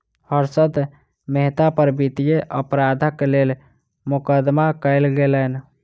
हर्षद मेहता पर वित्तीय अपराधक लेल मुकदमा कयल गेलैन